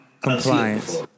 compliance